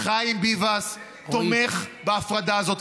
לא סתם יו"ר פורום השלטון המקומי חיים ביבס תומך בהפרדה הזאת.